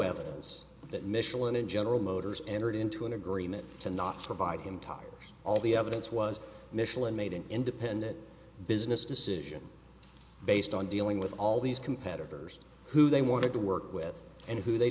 evidence that michelin in general motors entered into an agreement to not provide him talks all the evidence was michelin made an independent business decision based on dealing with all these competitors who they wanted to work with and who they